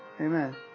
Amen